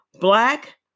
Black